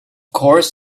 course